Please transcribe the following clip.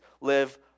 live